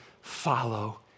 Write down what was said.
follow